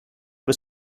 was